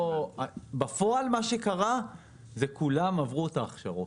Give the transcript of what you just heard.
בפועל מה שקרה זה שכולם עברו את ההכשרות.